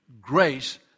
grace